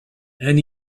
and